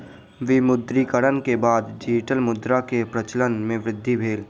विमुद्रीकरण के बाद डिजिटल मुद्रा के प्रचलन मे वृद्धि भेल